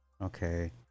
Okay